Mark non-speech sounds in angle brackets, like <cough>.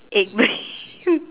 egg bread <laughs>